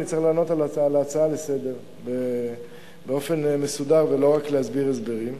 אני צריך לענות על ההצעה לסדר-היום באופן מסודר ולא רק להסביר הסברים.